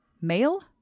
Male